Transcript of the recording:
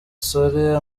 solly